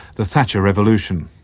the thatcher revolution.